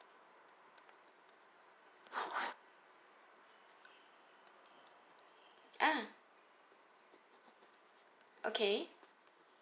ah okay